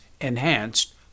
enhanced